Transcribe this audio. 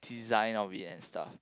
design of it and stuff